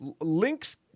Link's